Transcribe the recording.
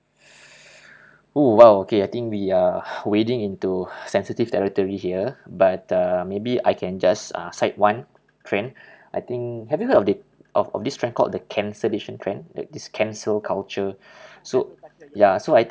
oh !wow! okay I think we are wading into sensitive territory here but uh maybe I can just uh cite one trend I think have you heard of the of of this trend called the cancellation trend the this cancel culture so ya so I